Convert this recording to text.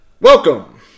Welcome